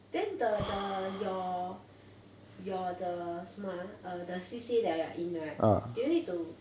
then the the your your the 什么 ah the C_C_A that you are in right do you need to